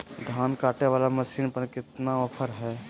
धान कटे बाला मसीन पर कतना ऑफर हाय?